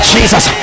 Jesus